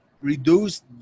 reduce